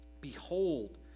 Behold